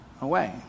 away